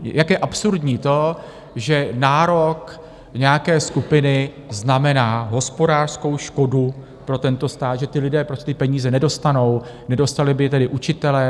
Jak je absurdní to, že nárok nějaké skupiny znamená hospodářskou škodu pro tento stát, že ti lidé prostě ty peníze nedostanou, nedostali by je tedy učitelé.